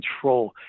control